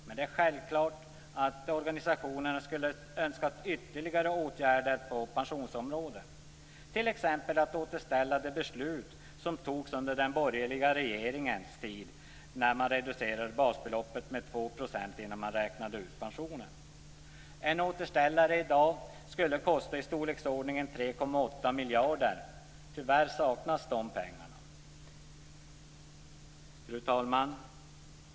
Men självklart skulle organisationerna önskat ytterligare åtgärder på pensionsområdet, t.ex. att återställa det beslut som fattades under den borgerliga regeringens tid och innebar att man reducerade basbeloppet med 2 % innan man räknade ut pensionen. En återställare i dag skulle kosta i storleksordningen 3,8 miljarder. Tyvärr saknas de pengarna. Fru talman!